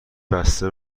بسته